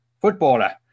footballer